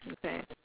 okay